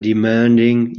demanding